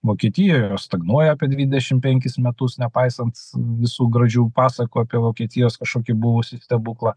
vokietijoj stagnuoja apie dvidešim penkis metus nepaisant visų gražių pasakų apie vokietijos kažkokį buvusį stebuklą